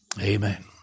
amen